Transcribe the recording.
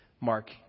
Mark